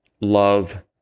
love